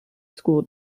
school